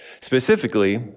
specifically